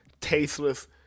tasteless